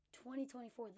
2024